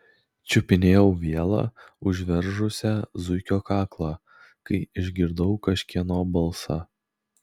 čiupinėjau vielą užveržusią zuikio kaklą kai išgirdau kažkieno balsą